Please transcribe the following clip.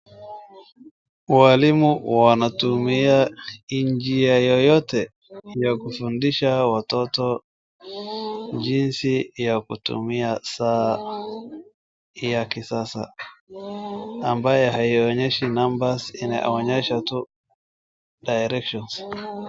Walimu wanatumia njia yoyote, ya kufundisha watoto jinsi ya kutumia saa ya kisasa, ambayo haionyeshi numbers , inaonyesha tu directions .